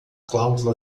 cláusula